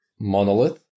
monolith